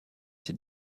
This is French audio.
ses